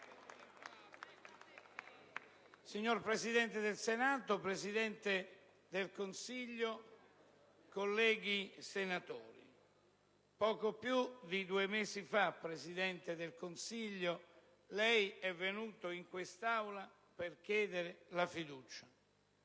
Signor Presidente del Senato, signor Presidente del Consiglio, colleghi senatori, poco più di due mesi fa lei, signor Presidente del Consiglio, è venuto in quest'Aula per chiedere la fiducia.